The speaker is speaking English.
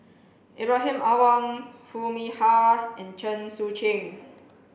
Ibrahim Awang Foo Mee Har and Chen Sucheng